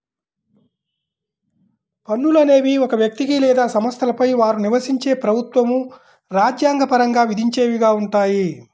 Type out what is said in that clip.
పన్నులు అనేవి ఒక వ్యక్తికి లేదా సంస్థలపై వారు నివసించే ప్రభుత్వం రాజ్యాంగ పరంగా విధించేవిగా ఉంటాయి